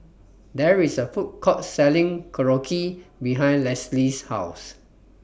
There IS A Food Court Selling Korokke behind Leslee's House